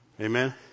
Amen